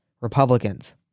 Republicans